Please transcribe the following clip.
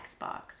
Xbox